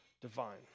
divine